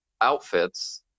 outfits